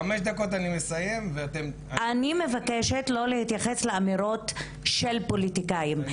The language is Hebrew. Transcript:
אני מבקשת לא להתייחס לאמירות של פוליטיקאים,